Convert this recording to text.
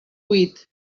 huit